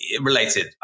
related